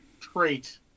trait